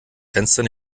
fenster